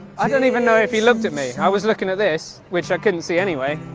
i don't even know if he looked at me. i was looking at this which i couldn't see any way.